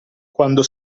quando